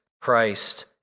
Christ